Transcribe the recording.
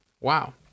Wow